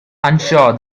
unsure